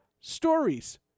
stories